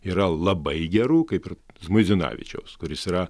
yra labai gerų kaip ir žmuidzinavičiaus kuris yra